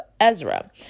Ezra